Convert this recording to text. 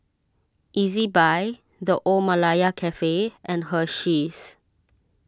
Ezbuy the Old Malaya Cafe and Hersheys